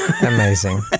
Amazing